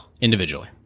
Individually